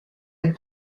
and